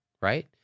right